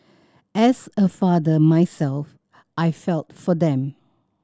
as a father myself I felt for them